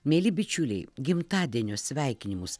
mieli bičiuliai gimtadienio sveikinimus